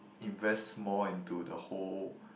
invest more into the whole